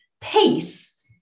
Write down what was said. pace